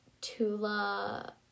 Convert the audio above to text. Tula